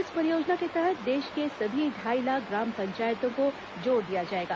इस परियोजना के तहत देश के सभी ढाई लाख ग्राम पंचायतों को जोड़ दिया जाएगा